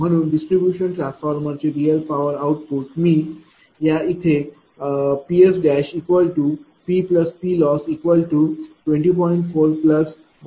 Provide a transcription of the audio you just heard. म्हणून distribution transformer चे real power output मी या इथे PsPPLoss20